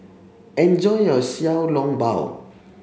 enjoy your Xiao Long Bao